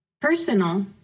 Personal